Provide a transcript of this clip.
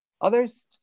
Others